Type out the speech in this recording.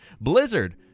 Blizzard